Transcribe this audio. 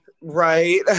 right